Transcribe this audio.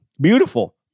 beautiful